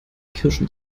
kirschen